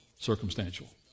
circumstantial